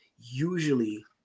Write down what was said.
Usually